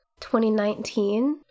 2019